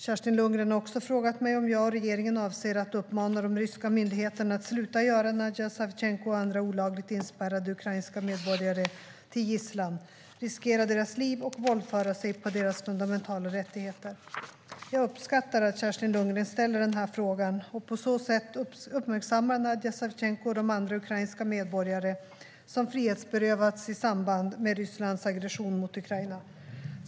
Kerstin Lundgren har också frågat mig om jag och regeringen avser att uppmana de ryska myndigheterna att sluta göra Nadija Savtjenko och andra olagligt inspärrade ukrainska medborgare till gisslan, riskera deras liv och våldföra sig på deras fundamentala rättigheter. Jag uppskattar att Kerstin Lundgren ställer den här frågan och på så sätt uppmärksammar Nadija Savtjenko och de andra ukrainska medborgare som frihetsberövats i samband med Rysslands aggression mot Ukraina.